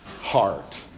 heart